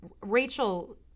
rachel